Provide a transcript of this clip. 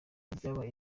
byabaye